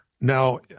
Now